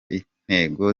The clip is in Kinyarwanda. intego